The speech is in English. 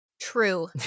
True